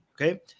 Okay